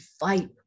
fight